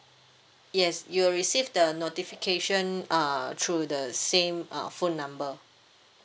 yes you'll receive the notification uh through the same uh phone number